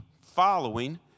following